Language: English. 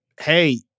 hey